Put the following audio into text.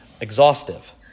exhaustive